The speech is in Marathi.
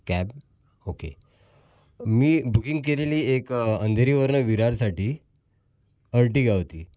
कॅब ओके मी बुकिंग केलेली एक अंधेरीवरून विरारसाठी अल्टीगा होती